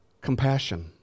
compassion